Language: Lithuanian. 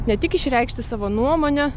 ne tik išreikšti savo nuomonę